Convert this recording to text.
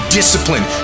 discipline